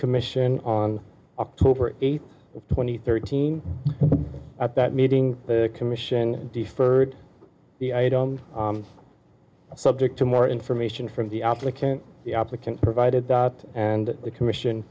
commission on october eighth twenty thirteen at that meeting the commission deferred the i don't subject to more information from the applicant the applicant provided that and the commission